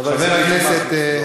חבר הכנסת מכלוף מיקי זוהר.